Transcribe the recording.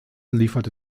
lieferte